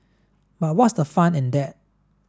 but what's the fun in that